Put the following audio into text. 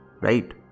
right